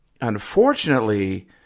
Unfortunately